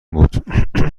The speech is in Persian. بود